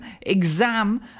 exam